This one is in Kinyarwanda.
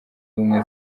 ubumwe